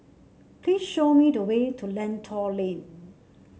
please show me the way to Lentor Lane